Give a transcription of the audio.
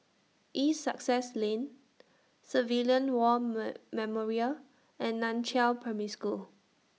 East Sussex Lane Civilian War Memorial and NAN Chiau Primary School